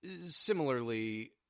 similarly